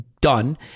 done